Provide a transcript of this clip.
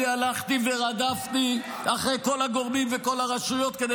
אני הלכתי ורדפתי אחרי כל הגורמים וכל הרשויות כדי